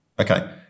Okay